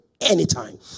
anytime